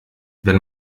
wenn